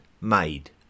made